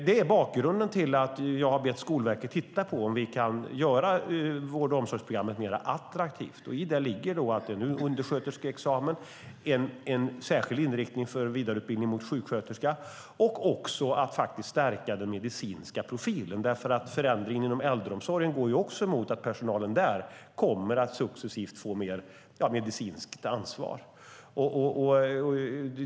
Det är bakgrunden till att jag har bett Skolverket att titta på om vi kan göra vård och omsorgsprogrammet mer attraktivt. I det ligger att ge undersköterskeexamen en särskild inriktning för vidareutbildning till sjuksköterska och att faktiskt stärka den medicinska profilen, därför att förändringen inom äldreomsorgen också går mot att personalen där successivt kommer att få mer medicinskt ansvar.